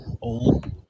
old